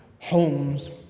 homes